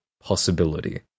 possibility